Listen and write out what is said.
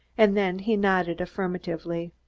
and then he nodded affirmatively.